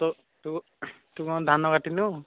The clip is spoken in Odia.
ତୋ ତୁ ତୁ କ'ଣ ଧାନ କାଟିନୁ